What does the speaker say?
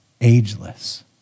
ageless